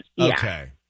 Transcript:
Okay